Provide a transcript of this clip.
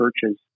churches